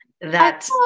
that-